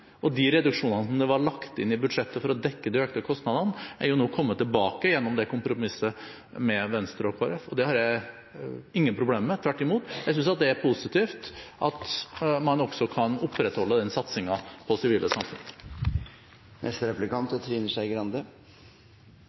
De reduksjonene som var lagt inn i budsjettet for å dekke de økte kostnadene, er nå kommet tilbake gjennom kompromisset med Venstre og Kristelig Folkeparti. Det har jeg ingen problemer med – tvert imot. Jeg synes det er positivt at man også kan opprettholde satsingen på det sivile samfunn.